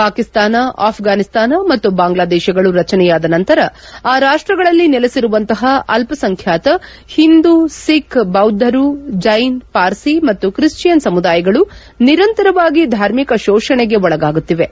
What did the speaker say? ಪಾಕಿಸ್ತಾನ ಆಫ್ಗಾನಿಸ್ತಾನ ಮತ್ತು ಬಾಂಗ್ಲಾದೇಶಗಳು ರಚನೆಯಾದ ನಂತರ ಆ ರಾಷ್ಟಗಳಲ್ಲಿ ನೆಲೆಸಿರುವಂತಹ ಅಲ್ಲಸಂಖ್ವಾತ ಹಿಂದೂ ಸಿಖ್ ಬೌದ್ದರು ಜೈನ್ ಪಾರ್ಸಿ ಮತ್ತು ಕ್ರಿಶ್ಚಿಯನ್ ಸಮುದಾಯಗಳು ನಿರಂತರವಾಗಿ ಧಾರ್ಮಿಕ ಶೋಷಣೆಗೆ ಒಳಗಾಗುತ್ತಿವೆ